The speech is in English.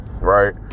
right